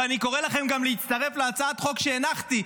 ואני קורא לכן גם להצטרף להצעת חוק שהנחתי,